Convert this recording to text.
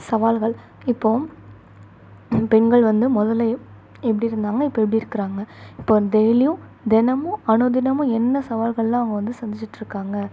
சவால்கள் இப்போது பெண்கள் வந்து முதல்ல எப்படி இருந்தாங்கள் இப்போ எப்படி இருக்கிறாங்க இப்போ டெய்லியும் தினமும் அனுதினமும் என்ன சவால்கள்லாம் அவங்க வந்து சந்திச்சிகிட்டு இருக்காங்கள்